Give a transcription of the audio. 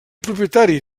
propietari